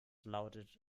lautet